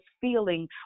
feeling